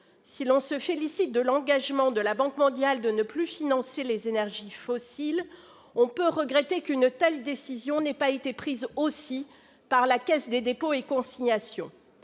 Si l'on se félicite de l'engagement de la Banque mondiale de ne plus financer les énergies fossiles, on peut regretter qu'une telle décision n'ait pas été prise aussi par la Caisse des dépôts et consignations.